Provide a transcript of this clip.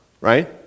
right